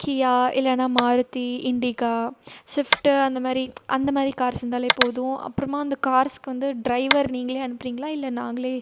கியா இல்லைனா மாருதி இண்டிகா ஸ்விஃப்ட்டு அந்த மாதிரி அந்த மாதிரி கார்ஸ் இருந்தாலே போதும் அப்புறமா அந்த கார்ஸுக்கு வந்து ட்ரைவர் நீங்களே அனுப்புறிங்களா இல்லை நாங்களே